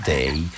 Day